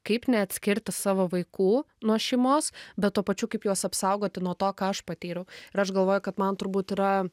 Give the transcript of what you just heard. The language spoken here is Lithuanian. kaip neatskirti savo vaikų nuo šeimos bet tuo pačiu kaip juos apsaugoti nuo to ką aš patyriau ir aš galvoju kad man turbūt yra